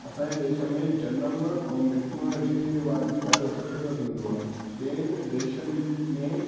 असांजे देश में जनमु ऐं मृत्यू रीति रिवाजु बि ॾाढो सुठे सां थींदो आहे ॿियनि देशनि में